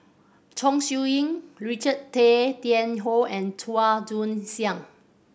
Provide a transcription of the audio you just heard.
Chong Siew Ying Richard Tay Tian Hoe and Chua Joon Siang